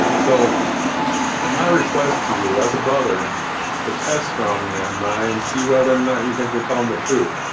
so my request to you as a brother is the test ronnie ah and i and see whether or not you think we're telling the truth